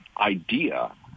idea